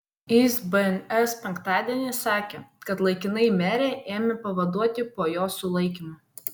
jis bns penktadienį sakė kad laikinai merę ėmė pavaduoti po jos sulaikymo